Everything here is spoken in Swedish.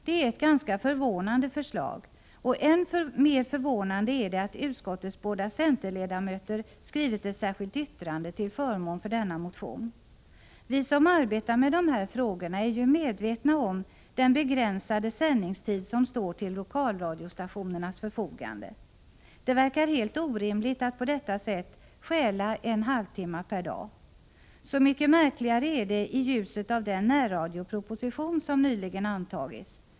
Det är ett ganska förvånande förslag, och än mer förvånande är det att utskottets båda centerledamöter skrivit ett särskilt yttrande till förmån för denna motion. Vi som arbetar med de här frågorna är ju medvetna om den begränsade sändningstid som står till lokalradiostationernas förfogande. Det verkar helt orimligt att på detta sätt stjäla en halvtimme per dag. Så mycket märkligare är det i ljuset av den närradioproposition som nyligen antagits.